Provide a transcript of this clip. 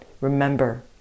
remember